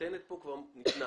שניתנת כאן, כבר ניתנה.